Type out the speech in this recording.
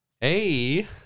Hey